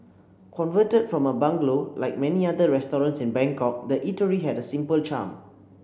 converted from a bungalow like many other restaurants in Bangkok the eatery had a simple charm